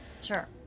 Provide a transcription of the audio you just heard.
Sure